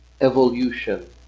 evolution